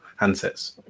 handsets